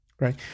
right